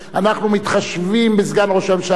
אנחנו מתחשבים בסגן ראש הממשלה ושר